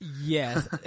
Yes